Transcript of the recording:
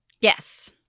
Yes